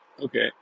Okay